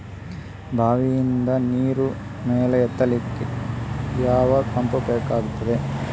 ಬಾವಿಯಿಂದ ನೀರು ಮೇಲೆ ಎತ್ತಲಿಕ್ಕೆ ಯಾವ ಪಂಪ್ ಬೇಕಗ್ತಾದೆ?